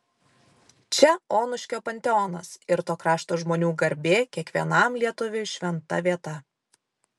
čia onuškio panteonas ir to krašto žmonių garbė kiekvienam lietuviui šventa vieta